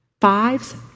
Fives